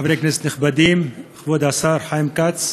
חברי כנסת נכבדים, כבוד השר חיים כץ,